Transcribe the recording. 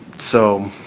so